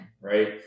right